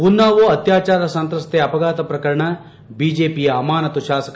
ಉನ್ಸಾವೊ ಅತ್ಯಾಚಾರ ಸಂತ್ರಸ್ತೆ ಅಪಘಾತ ಪ್ರಕರಣ ಬಿಜೆಪಿಯ ಅಮಾನತು ಶಾಸಕ